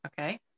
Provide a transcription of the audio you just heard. Okay